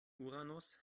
uranus